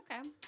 Okay